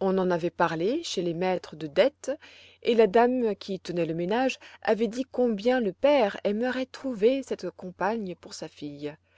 on en avait parlé chez les maîtres de dete et la dame qui tenait le ménage avait dit combien le père aimerait trouver cette compagne pour sa fille